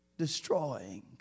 Destroying